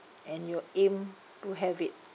and you aim to have it